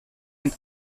and